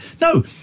no